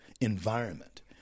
environment